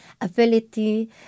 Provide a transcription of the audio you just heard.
ability